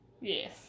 Yes